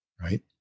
right